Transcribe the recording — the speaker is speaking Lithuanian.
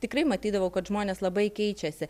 tikrai matydavau kad žmonės labai keičiasi